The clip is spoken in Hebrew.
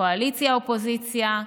קואליציה-אופוזיציה,